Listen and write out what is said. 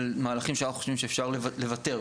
על מהלכים שאנחנו חושבים שאפשר לוותר.